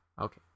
Okay